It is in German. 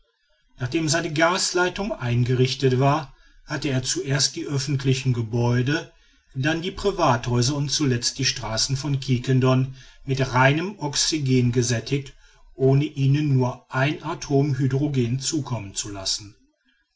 nachdem seine gasleitung eingerichtet war hatte er zuerst die öffentlichen gebäude dann die privathäuser und zuletzt die straßen von quiquendone mit reinem oxygen gesättigt ohne ihnen nur ein atom hydrogen zukommen zu lassen